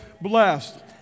Blessed